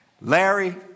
Larry